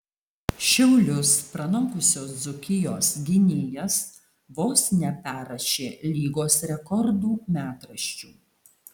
šiaulius pranokusios dzūkijos gynėjas vos neperrašė lygos rekordų metraščių